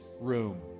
room